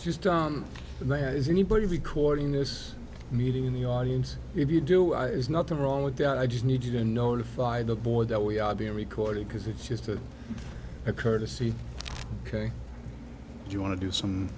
and there is anybody recording this meeting in the audience if you do i is nothing wrong with that i just need you to notify the board that we are being recorded because it's just a courtesy ok if you want to do some